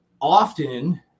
often